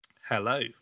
Hello